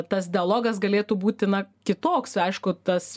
tas dialogas galėtų būti na kitoks aišku tas